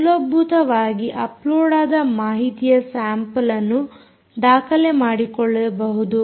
ಮೂಲಭೂತವಾಗಿ ಅಪ್ಲೋಡ್ ಆದ ಮಾಹಿತಿಯ ಸ್ಯಾಂಪಲ್ಅನ್ನು ದಾಖಲೆ ಮಾಡಿಕೊಳ್ಳಬಹುದು